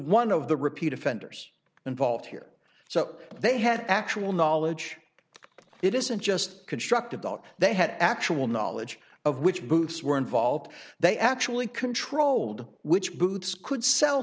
one of the repeat offenders involved here so they had actual knowledge it isn't just constructed thought they had actual knowledge of which booths were involved they actually controlled which booths could sell